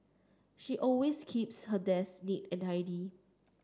she always keeps her desk neat and tidy